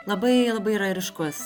labai labai yra ryškus